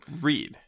read